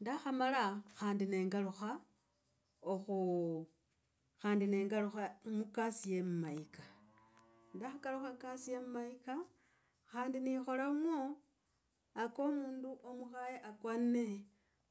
Ndakhamala khandi nengalukha oku, khandi nengalukha mukasi ya mumayika. Ndakhakalukha mukasi ya mumayika khandi nekhola mwo ako mundu omukhaye omukhaye akwane